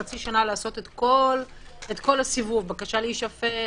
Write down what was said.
חצי שנה לעשות את כל הסיבוב: בקשה להישפט,